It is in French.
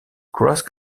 cross